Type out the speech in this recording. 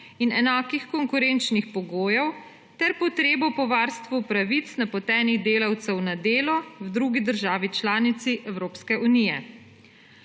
in enakih konkurenčnih pogojev ter potrebo po varstvu pravic napotenih delavcev na delo v drugi državi članici Evropske unije.